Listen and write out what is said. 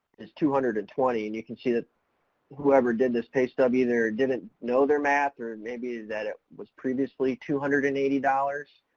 is two hundred and twenty and you can see that whoever did this pay stub either didn't know their math or and maybe that it was previously two hundred and eighty dollars